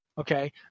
Okay